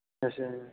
अच्छा